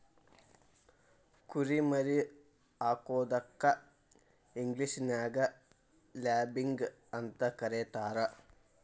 ಕುರಿ ಮರಿ ಹಾಕೋದಕ್ಕ ಇಂಗ್ಲೇಷನ್ಯಾಗ ಲ್ಯಾಬಿಂಗ್ ಅಂತ ಕರೇತಾರ